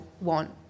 want